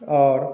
और